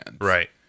Right